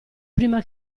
prima